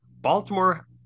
Baltimore